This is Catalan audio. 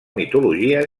mitologia